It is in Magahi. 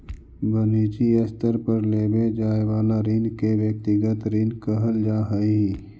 वनिजी स्तर पर लेवे जाए वाला ऋण के व्यक्तिगत ऋण कहल जा हई